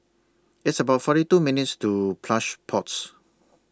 It's about forty two minutes' to Plush Pods